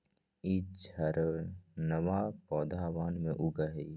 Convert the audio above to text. ई झाड़नमा पौधवन में उगा हई